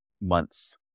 months